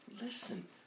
Listen